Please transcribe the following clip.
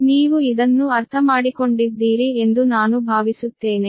ನೀವು ಇದನ್ನು ಅರ್ಥಮಾಡಿಕೊಂಡಿದ್ದೀರಿ ಎಂದು ನಾನು ಭಾವಿಸುತ್ತೇನೆ